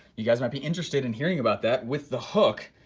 you guys might be interested in hearing about that with the hook,